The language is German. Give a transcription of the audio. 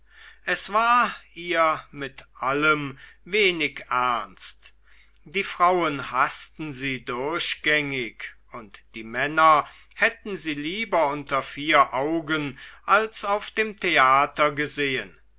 es war ihr mit allem wenig ernst die frauen haßten sie durchgängig und die männer hätten sie lieber unter vier augen als auf dem theater gesehen